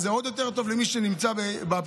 זה עוד יותר טוב למי שנמצא באפליקציות,